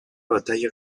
batalla